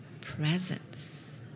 presence